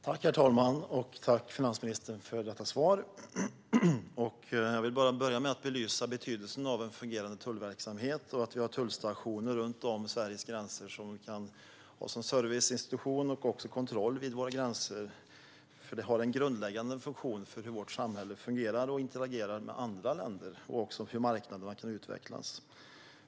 Herr talman! Tack, finansministern, för detta svar! Jag vill börja med att belysa betydelsen av en fungerande tullverksamhet och av att vi runt om vid Sveriges gränser har tullstationer som kan fungera som serviceinstitution och kontroll vid våra gränser. Tullverksamheten har en grundläggande funktion för hur vårt samhälle fungerar och interagerar med andra länder och också för hur marknaderna kan utvecklas.